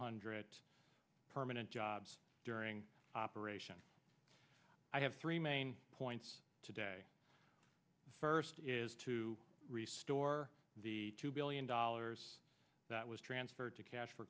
hundred permanent jobs during operation i have three main points today first is to restore the two billion dollars that was transferred to cash for